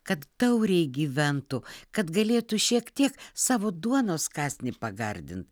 kad tauriai gyventų kad galėtų šiek tiek savo duonos kąsnį pagardint